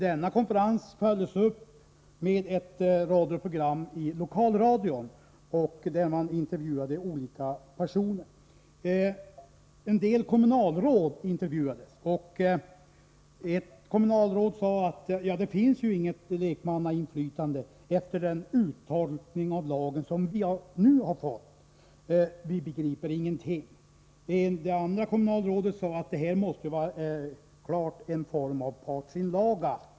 Denna konferens följdes upp med ett program i lokalradion, där man intervjuade olika personer. En del kommunalråd intervjuades. Ett kommunalråd sade att det inte finns något lekmannainflytande efter den uttolkning av lagen som nu hade gjorts. ”Vi begriper ingenting”, sade kommunalrådet. Det andra kommunalrådet sade att det här måste vara en form av partsinlaga.